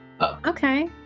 Okay